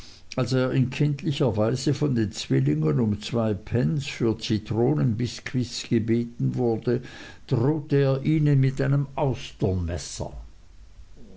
als er in kindlicher weise von den zwillingen um zwei pence für zitronenbiskuits gebeten wurde drohte er ihnen mit einem